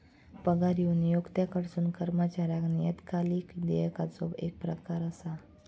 पगार ह्यो नियोक्त्याकडसून कर्मचाऱ्याक नियतकालिक देयकाचो येक प्रकार असा